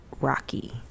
Rocky